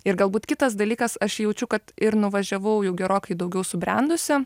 ir galbūt kitas dalykas aš jaučiu kad ir nuvažiavau jau gerokai daugiau subrendusi